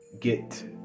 get